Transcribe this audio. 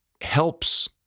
helps